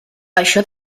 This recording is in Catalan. això